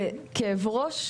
זה כאב ראש,